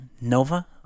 Nova